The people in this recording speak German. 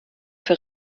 für